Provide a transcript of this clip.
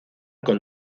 con